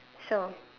so